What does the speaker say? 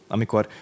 Amikor